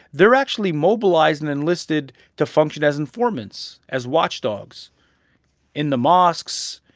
they're actually mobilized and enlisted to function as informants, as watchdogs in the mosques,